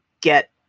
get